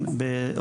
פיוטים,